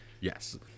Yes